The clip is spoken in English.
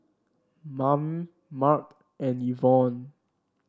Mayme Marc and Yvonne